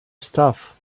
stuff